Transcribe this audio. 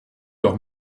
leur